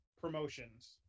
promotions